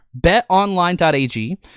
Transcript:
BetOnline.ag